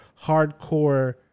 hardcore